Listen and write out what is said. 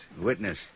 Witness